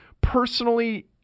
personally